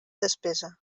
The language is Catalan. despesa